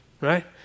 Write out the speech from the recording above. Right